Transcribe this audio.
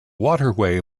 waterway